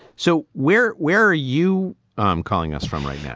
so where where are you um calling us from right yeah